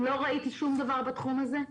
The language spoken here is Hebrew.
לא ראיתי שום דבר בתחום הזה,